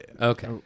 Okay